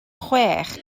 chwech